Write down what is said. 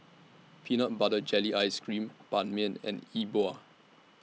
Peanut Butter Jelly Ice Cream Ban Mian and Yi Bua